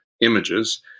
images